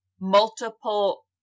multiple